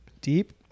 Deep